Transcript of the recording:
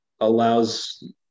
allows